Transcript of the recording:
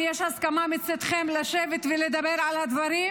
אם יש הסכמה מצידכם לשבת ולדבר על הדברים,